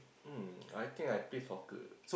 um I think I play soccer